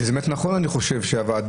וזה באמת נכון לדעתי שהוועדה,